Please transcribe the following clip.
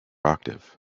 octave